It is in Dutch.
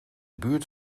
buurt